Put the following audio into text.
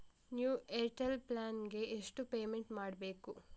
New Airtel plan ಗೆ ಎಷ್ಟು payment ಮಾಡ್ಬೇಕು?